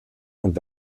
und